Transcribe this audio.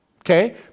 Okay